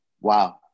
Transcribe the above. wow